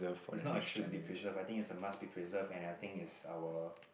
is not a should be preserved I think is a must be preserved and I think is our